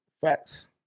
Facts